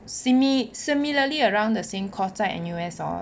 simi~ similarly around the same course 在 N_U_S hor